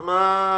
אז מה הקטע?